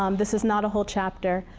um this is not a whole chapter.